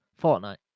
Fortnite